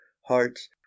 Hearts